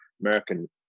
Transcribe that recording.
american